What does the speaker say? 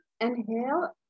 inhale